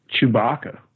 Chewbacca